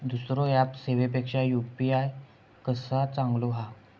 दुसरो ऍप सेवेपेक्षा यू.पी.आय कसो चांगलो हा?